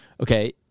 Okay